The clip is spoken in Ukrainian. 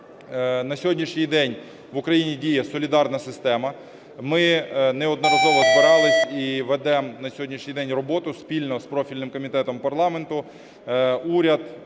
На сьогоднішній день в Україні діє солідарна система. Ми неодноразово збирались і ведемо на сьогоднішній день роботу спільно з профільним комітетом парламенту, уряд